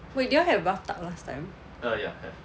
wait did you all have a bathtub last time